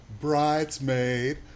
Bridesmaid